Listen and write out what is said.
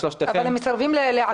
לשלושתכם --- אבל הם מסרבים לעכל את זה.